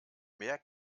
mehr